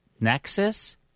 Nexus